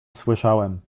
słyszałem